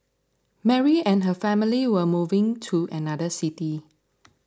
Mary and her family were moving to another city